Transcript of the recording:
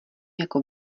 jako